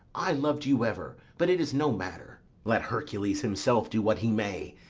i lov'd you ever but it is no matter let hercules himself do what he may,